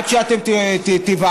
עד שאתם תיוועצו,